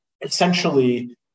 essentially